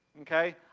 okay